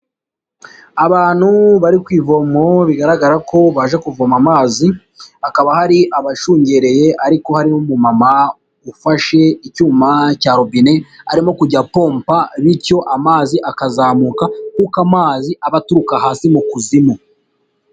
Abantu bari ku ivomo bigaragara ko baje kuvoma amazi, hakaba hari abashungereye ariko hari n'umumama ufashe icyuma cya robine, arimo kujya apompa bityo amazi akazamuka, kuko amazi aba aturuka hasi mu kuzimu.